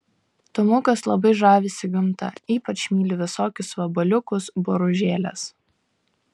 tomukas labai žavisi gamta ypač myli visokius vabaliukus boružėles